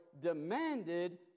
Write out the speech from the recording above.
demanded